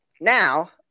now